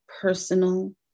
personal